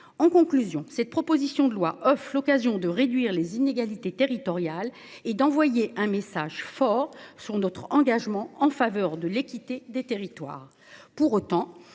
en conclusion cette proposition de loi oeuf l'occasion de réduire les inégalités territoriales et d'envoyer un message fort sur notre engagement en faveur de l'équité des territoires.